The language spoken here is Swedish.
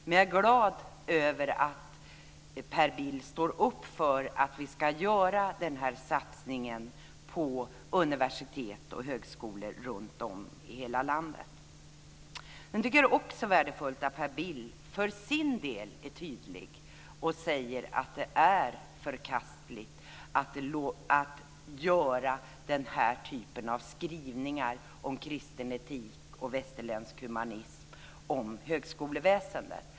Men jag är glad över att Per Bill står upp för att vi ska göra den här satsningen på universitet och högskolor runtom i hela landet. Jag tycker också att det är värdefullt att Per Bill för sin del är tydlig och säger att det är förkastligt att göra den här typen av skrivningar om kristen etik och västerländsk humanism när det gäller högskoleväsendet.